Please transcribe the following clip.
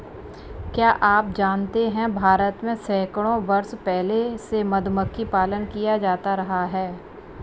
क्या आप जानते है भारत में सैकड़ों वर्ष पहले से मधुमक्खी पालन किया जाता रहा है?